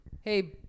Hey